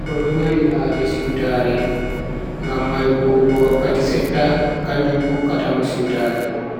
Goddo do mari haje siwtare, ngam mai huwugo wakkati sedda kanjum hokkatamo siwtare.